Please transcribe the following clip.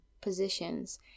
positions